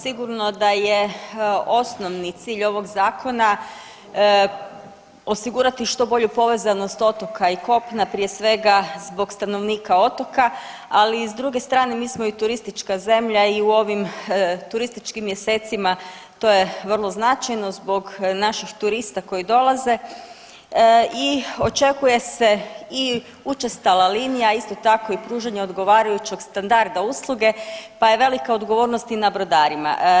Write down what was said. Sigurno da je osnovni cilj ovog zakona osigurati što bolju povezanost otoka i kopna, prije svega zbog stanovnika otoka, ali i s druge strane mi smo turistička zemlja i u ovim turističkim mjesecima to je vrlo značajno zbog naših turista koji dolaze i očekuje se i učestala linija, isto tako pružanje odgovarajućeg standarda usluge pa je velika odgovornost i na brodarima.